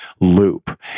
loop